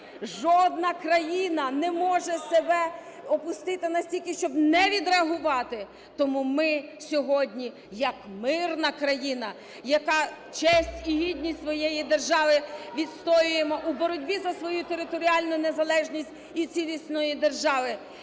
Жодна країна не може себе опустити настільки, щоб не відреагувати. Тому ми сьогодні як мирна країна, яка честь і гідність своєї держави відстоюємо у боротьбі за свою територіальну незалежність і цілісної держави,